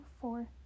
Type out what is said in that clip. four